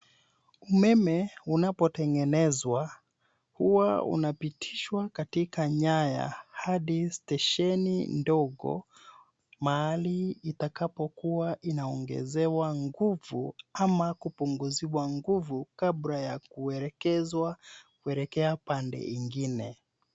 Umeme unapotengenezwa huwa unapitishwa katika nyaya hadi stesheni ndogo mahali itakapo kuwa inaongezewa nguvu ama kupunguziwa nguvu kabla ya kuelekezwa kuelekea pande ingine.